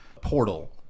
Portal